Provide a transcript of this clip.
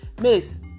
Miss